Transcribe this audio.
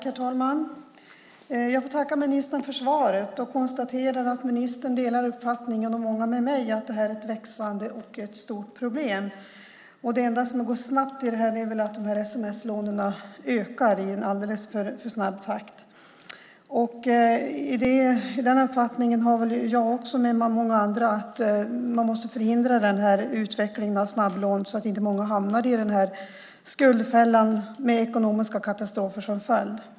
Herr talman! Jag får tacka ministern för svaret och konstaterar att ministern och många därtill delar min uppfattning att det här är ett växande och stort problem. Det enda som går snabbt i det här sammanhanget är att sms-lånen ökar i alldeles för snabb takt. Jag, och många andra också, har uppfattningen att man måste förhindra den här utvecklingen av snabblån så att inte många människor hamnar i skuldfällan med ekonomiska katastrofer som följd.